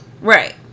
Right